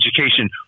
Education